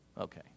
Okay